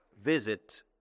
visit